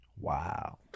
wow